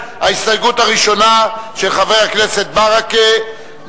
ההסתייגות הראשונה של חבר הכנסת ברכה,